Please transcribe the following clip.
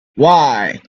why